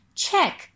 check